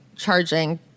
charging